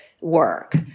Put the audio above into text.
work